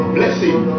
Blessing